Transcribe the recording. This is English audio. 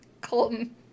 Colton